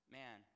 man